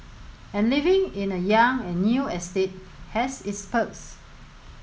and living in a young and new estate has its perks